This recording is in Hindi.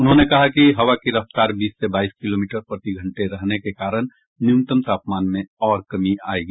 उन्होंने कहा कि हवा की रफ्तार बीस से बाईस किलोमीटर प्रतिघंटे रहने के कारण न्यूनतम तापमान में और कमी आयेगी